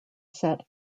set